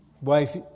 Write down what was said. Wife